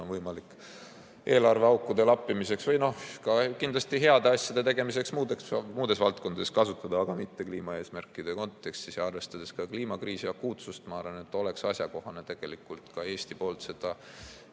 võimalik eelarve aukude lappimiseks või ka kindlasti heade asjade tegemiseks muudes valdkondades kasutada, aga mitte kliimaeesmärkide kontekstis. Arvestades ka kliimakriisi akuutsust, ma arvan, oleks asjakohane tegelikult ka Eesti poolt